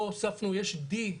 פה, הוספנו עוד נדבך,